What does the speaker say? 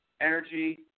energy